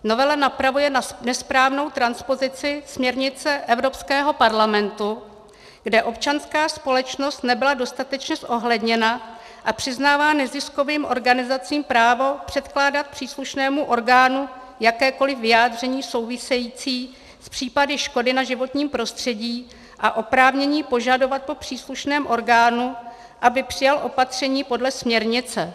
Novela napravuje nesprávnou transpozici směrnice Evropského parlamentu, kde občanská společnost nebyla dostatečně zohledněna, a přiznává neziskovým organizacím právo předkládat příslušnému orgánu jakékoliv vyjádření související s případy škody na životním prostředí a oprávnění požadovat po příslušném orgánu, aby přijal opatření podle směrnice.